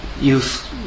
youth